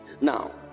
Now